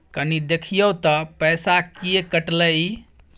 कनी देखियौ त पैसा किये कटले इ?